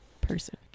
person